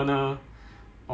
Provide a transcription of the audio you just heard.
ya applies for all camps